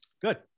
Good